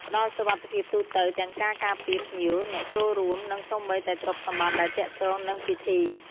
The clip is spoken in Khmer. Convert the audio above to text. ផ្តល់សុវត្ថិភាពទូទៅទាំងការការពារភ្ញៀវ អ្នកចូលរួម និងសូម្បីតែទ្រព្យសម្បត្តិដែលទាក់ទងនឹងពិធី។